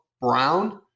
Brown